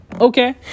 Okay